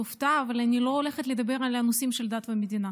תופתע אבל אני לא הולכת לדבר על הנושאים של דת ומדינה.